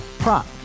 Prop